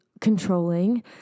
controlling